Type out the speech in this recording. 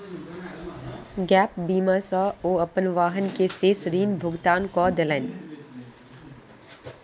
gap बीमा सॅ ओ अपन वाहन के शेष ऋण भुगतान कय देलैन